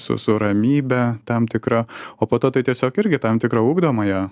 su ramybe tam tikra o po to tai tiesiog irgi tam tikra ugdomąją